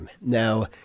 Now